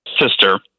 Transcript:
sister